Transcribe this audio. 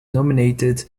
nominated